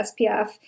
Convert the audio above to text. spf